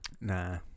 Nah